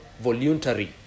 voluntary